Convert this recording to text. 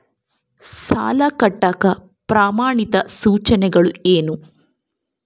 ಸಾಲ ಕಟ್ಟಾಕ ಪ್ರಮಾಣಿತ ಸೂಚನೆಗಳು ಅಂದರೇನು?